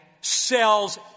sells